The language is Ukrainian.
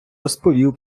розповів